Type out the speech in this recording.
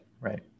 Right